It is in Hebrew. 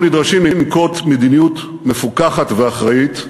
אנחנו נדרשים לנקוט מדיניות מפוקחת ואחראית,